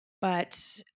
But-